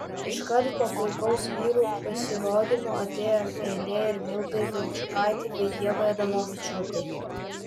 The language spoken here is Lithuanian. iškart po puikaus vyrų pasirodymo atėjo eilė ir mildai valčiukaitei bei ievai adomavičiūtei